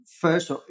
first